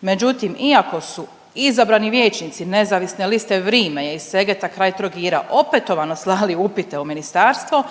Međutim, iako su izabrani vijećnici nezavisne liste Vrime iz Segeta kraj Trogira opetovano slali upite u ministarstvo,